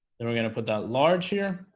then we're going to put that large here